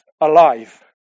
alive